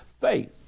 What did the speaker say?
faith